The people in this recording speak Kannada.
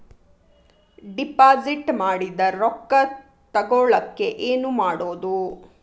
ಡಿಪಾಸಿಟ್ ಮಾಡಿದ ರೊಕ್ಕ ತಗೋಳಕ್ಕೆ ಏನು ಮಾಡೋದು?